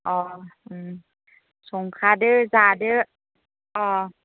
अ' उम संखादो जादो अ'